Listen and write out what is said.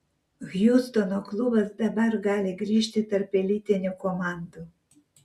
hjustono klubas dabar gali grįžti tarp elitinių komandų